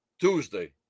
Tuesday